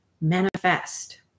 manifest